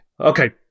Okay